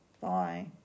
Bye